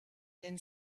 then